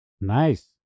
Nice